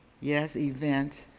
yes, event